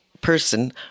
person